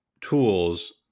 tools